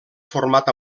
format